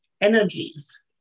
energies